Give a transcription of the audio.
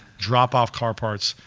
drop off car parts,